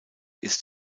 ist